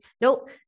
Nope